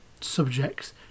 subjects